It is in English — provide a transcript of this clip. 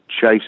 chase